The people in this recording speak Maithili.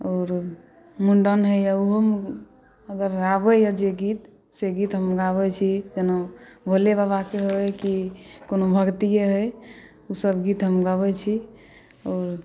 आओर मुण्डन होइए ओहोमे अगर आबैए जे गीत से गीत हम गाबैत छी जेना भोले बाबाके होइए कि कोनो भक्तिए होइ से सभ गीत हम गबैत छी आओर